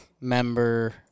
member